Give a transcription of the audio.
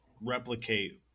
replicate